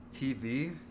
TV